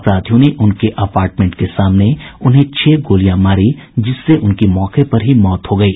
अपराधियों ने उनके अपार्टमेंट के सामने उन्हें छह गोलियां मारी जिससे उनकी मौके पर ही मौत हो गयी